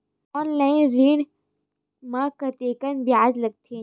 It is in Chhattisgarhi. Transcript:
ऑनलाइन ऋण म कतेकन ब्याज लगथे?